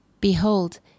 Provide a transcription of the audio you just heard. Behold